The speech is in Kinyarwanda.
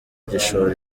gishoro